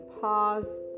pause